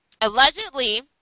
allegedly